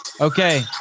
Okay